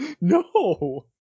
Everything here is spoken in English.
No